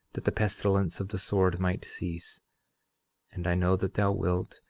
that the pestilence of the sword might cease and i know that thou wilt,